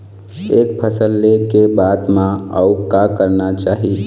एक फसल ले के बाद म अउ का करना चाही?